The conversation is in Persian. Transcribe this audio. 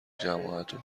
جماعت